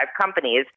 companies